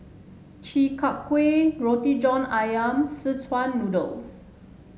Chi Kak Kuih Roti John ayam Szechuan Noodles